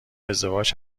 ازدواج